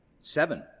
Seven